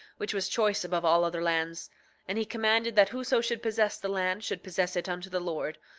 which was choice above all other lands and he commanded that whoso should possess the land should possess it unto the lord,